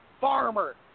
Farmer